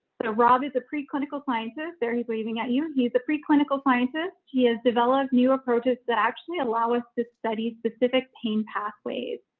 but rob is a preclinical scientist there he's waving at you. he's the preclinical scientist he has developed new approaches that actually allow us to study specific pain pathways.